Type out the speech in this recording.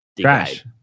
Crash